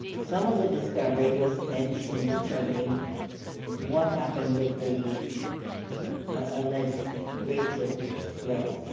some of the discovery was spent in determining what happened with the alleged racial slur.